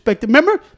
remember